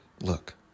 Look